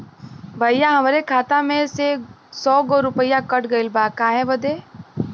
भईया हमरे खाता में से सौ गो रूपया कट गईल बा काहे बदे?